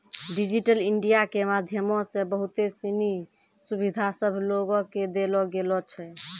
digital India के माध्यमो से बहुते सिनी सुविधा सभ लोको के देलो गेलो छै